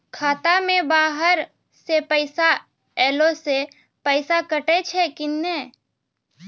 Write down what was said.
खाता मे बाहर से पैसा ऐलो से पैसा कटै छै कि नै?